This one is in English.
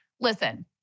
listen